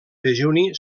dejuni